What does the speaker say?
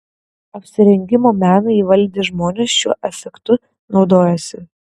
apsirengimo meną įvaldę žmonės šiuo efektu naudojasi